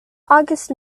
august